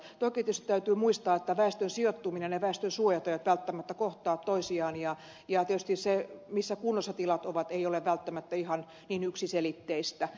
toki tietysti täytyy muistaa että väestön sijoittuminen ja väestönsuojat eivät välttämättä kohtaa toisiaan ja tietysti se missä kunnossa tilat ovat ei ole välttämättä ihan niin yksiselitteistä